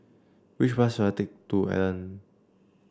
which bus should I take to Aruan